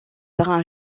brun